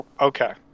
Okay